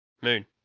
Moon